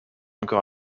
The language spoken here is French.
encore